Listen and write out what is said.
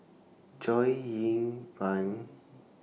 Chow Ying Peng